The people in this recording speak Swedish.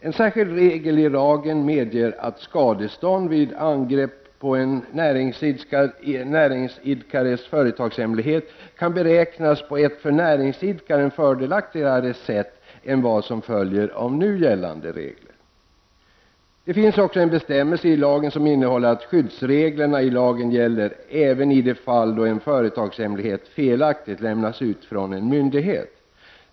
En särskild regel i lagen medger att skadestånd vid angrepp på en näringsidkares företagshemlighet kan beräknas på ett för näringsidkaren fördelaktigare sätt än vad som följer av nu gällande regler. Det finns också en bestämmelse i lagen som innebär att skyddsreglerna i lagen gäller även i de fall då en företagshemlighet felaktigt lämnats ut från en myndighet.